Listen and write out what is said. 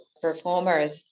performers